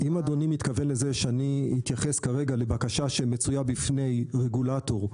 אם אדוני מתכוון לזה שאתייחס כרגע לבקשה שמצויה בפני רגולטור,